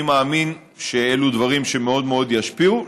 אני מאמין שאלו דברים שמאוד מאוד ישפיעו.